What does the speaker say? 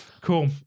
Cool